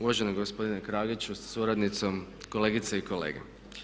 Uvaženi gospodine Kraljiću sa suradnicom, kolegice i kolege.